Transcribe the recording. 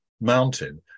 mountain